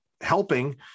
helping